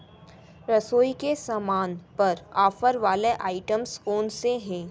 रसोई के सामान पर आफ़र वाले आइटम्स कौन से हैं